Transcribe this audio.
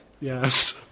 Yes